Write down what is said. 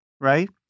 right